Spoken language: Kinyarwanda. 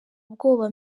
ubwoba